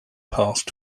past